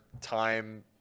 time